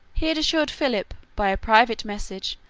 he had assured philip, by a private message,